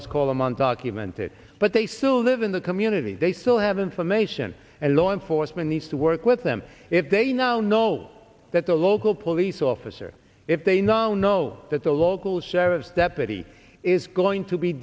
us call them on documented but they still live in the community they still haven't formation and law enforcement needs to work with them if they now know that the local police officer if they now know that the local sheriff's deputy is going to be